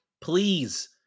please